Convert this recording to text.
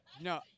No